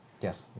Yes